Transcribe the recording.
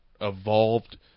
evolved